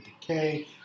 decay